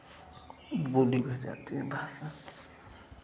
बोली भी जाती है भाषा